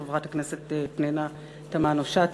חברת הכנסת פנינה תמנו-שטה.